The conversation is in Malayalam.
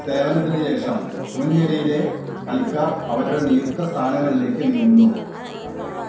സേവനത്തിന് ശേഷം മുൻ നിരയിലെ കളിക്കാർ അവരുടെ നിയുക്ത സ്ഥാനങ്ങളിലേക്ക് നീങ്ങുന്നു